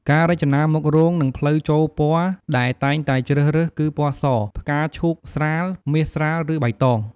ការរចនាមុខរោងនិងផ្លូវចូលពណ៌ដែលតែងតែជ្រើសរើសគឺ ពណ៌ស, ផ្កាឈូកស្រាល, មាសស្រាល ឬបៃតង។